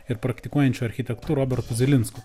ir praktikuojančiu architektu robertu zilinsku